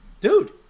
Dude